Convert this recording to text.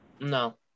No